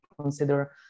consider